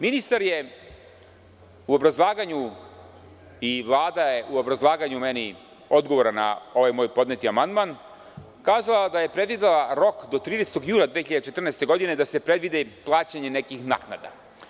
Ministar je u obrazlaganju i Vlada je u obrazlaganju odgovora na ovaj moj podneti amandman kazala da je predvidela rok do 30. juna 2014. godine da se predvidi plaćanje nekih naknada.